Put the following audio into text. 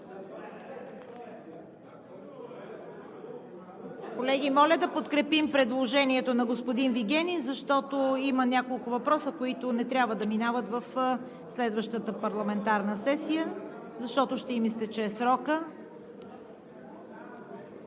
Колеги, моля да подкрепим предложението на господин Вигенин, тъй като има няколко въпроса, които не трябва да минават в следващата парламентарна сесия, защото ще им изтече срокът.